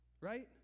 right